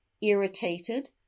irritated